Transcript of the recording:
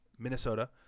Minnesota